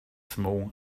small